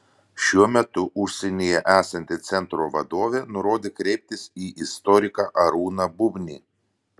šiuo metu užsienyje esanti centro vadovė nurodė kreiptis į istoriką arūną bubnį